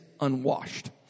unwashed